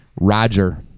Roger